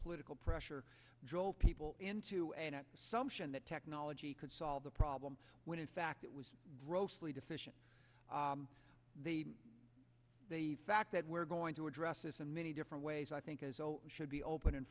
political pressure drove people into and sumption that technology could solve the problem when in fact it was grossly deficient the the fact that we're going to address this in many different ways i think is should be open and